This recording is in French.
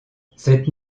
cette